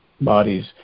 bodies